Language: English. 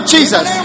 Jesus